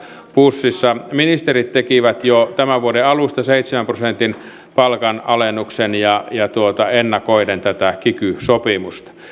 pussissa ministerit tekivät jo tämän vuoden alusta seitsemän prosentin palkanalennuksen ennakoiden tätä kiky sopimusta